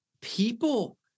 People